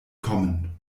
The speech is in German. kommen